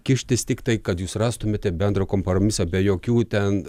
kištis tiktai kad jūs rastumėte bendrą kompromisą be jokių ten